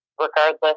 Regardless